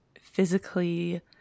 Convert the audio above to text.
physically